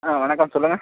ஆ வணக்கம் சொல்லுங்கள்